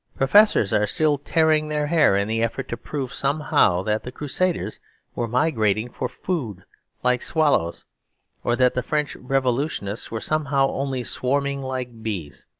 professors are still tearing their hair in the effort to prove somehow that the crusaders were migrating for food like swallows or that the french revolutionists were somehow only swarming like bees.